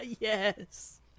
Yes